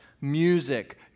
music